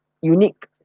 unique